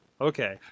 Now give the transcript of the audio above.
Okay